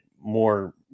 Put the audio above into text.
more